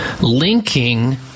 linking